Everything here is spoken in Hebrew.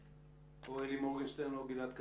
זה אלי מורגנשטרן או גלעד קצב.